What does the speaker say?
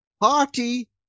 Party